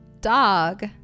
dog